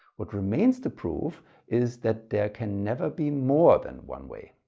what remains to prove is that there can never be more than one way.